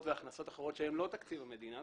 והכנסות אחרות שהן לא מתקציב המדינה.